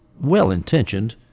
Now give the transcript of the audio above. well-intentioned